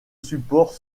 support